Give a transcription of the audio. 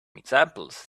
examples